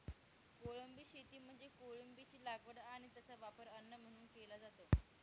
कोळंबी शेती म्हणजे कोळंबीची लागवड आणि त्याचा वापर अन्न म्हणून केला जातो